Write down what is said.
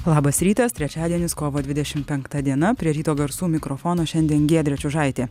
labas rytas trečiadienis kovo dvidešimt penkta diena prie ryto garsų mikrofono šiandien giedrė čiužaitė